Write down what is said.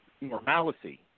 normalcy